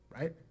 right